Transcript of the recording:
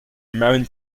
marin